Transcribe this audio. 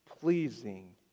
pleasing